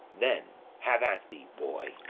then have at thee, boy!